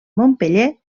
montpeller